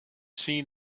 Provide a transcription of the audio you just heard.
seen